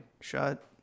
shut